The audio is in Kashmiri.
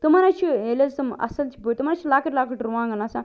تِمن حظ چھُ ییٚلہِ حظ تِم اصٕل چھِ بٔڑۍ تِمن حظ چھِ لۄکٕٹۍ لۄکٕٹۍ رُوانٛگن آسان